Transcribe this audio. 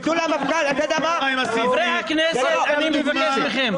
קחי דוגמה --- חשבון נפש עמוק,